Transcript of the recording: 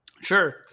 Sure